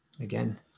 again